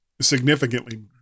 significantly